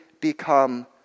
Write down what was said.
become